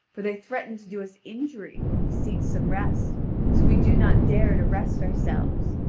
for they threaten to do us injury, when we seek some rest, so we do not dare to rest ourselves.